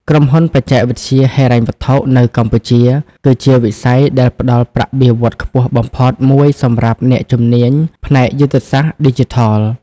ក្រុមហ៊ុនបច្ចេកវិទ្យាហិរញ្ញវត្ថុ នៅកម្ពុជា គឺជាវិស័យដែលផ្តល់ប្រាក់បៀវត្សរ៍ខ្ពស់បំផុតមួយសម្រាប់អ្នកជំនាញផ្នែកយុទ្ធសាស្ត្រឌីជីថល។